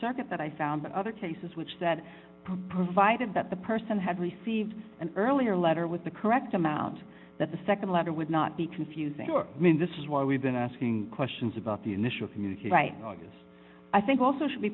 circuit that i found other cases which that provided that the person had received an earlier letter with the correct amount that the nd letter would not be confusing or mean this is why we've been asking questions about the initial community by august i think also should be